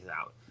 out